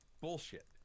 bullshit